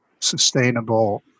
sustainable